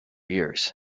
years